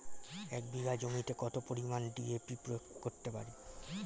এক বিঘা জমিতে কত পরিমান ডি.এ.পি প্রয়োগ করতে পারি?